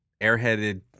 airheaded